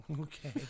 Okay